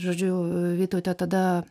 žodžiu vytautė tada